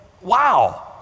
wow